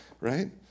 right